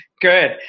good